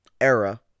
era